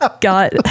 got